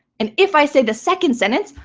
and if i say the second sentence,